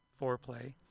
foreplay